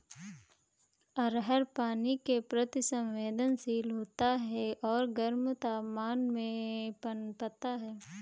अरहर पानी के प्रति संवेदनशील होता है और गर्म तापमान में पनपता है